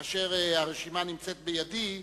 כאשר הרשימה נמצאת בידי.